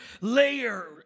layer